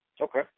Okay